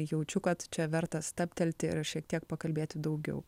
jaučiu kad čia verta stabtelti ir šiek tiek pakalbėti daugiau